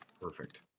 Perfect